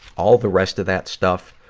all the rest of that stuff,